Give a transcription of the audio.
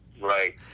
Right